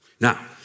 Now